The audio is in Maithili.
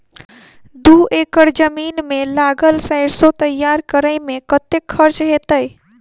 दू एकड़ जमीन मे लागल सैरसो तैयार करै मे कतेक खर्च हेतै?